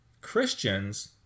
Christians